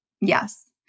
Yes